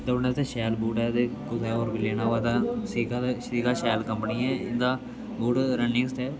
दोड़ने आस्तै शैल बूट ऐ ते कुतै होर बी लैना होवे ते सीता दा शीला शैल कम्पनी ऐ इं'दा बूट रानिंग आस्तै